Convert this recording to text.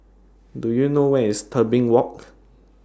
Do YOU know Where IS Tebing Walk